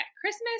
Christmas